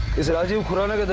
is rajiv khurana?